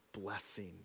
blessing